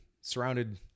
surrounded